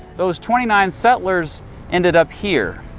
those twenty nine settlers ended up here.